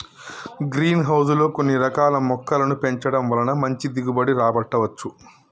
green house లో కొన్ని రకాల మొక్కలను పెంచడం వలన మంచి దిగుబడి రాబట్టవచ్చు